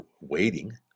waiting